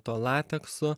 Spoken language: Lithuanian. tuo lateksu